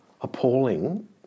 appalling